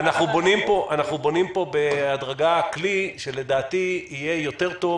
אני חושב שאנחנו בונים פה בהדרגה כלי שלדעתי יהיה יותר טוב